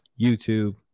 YouTube